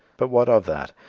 but what of that?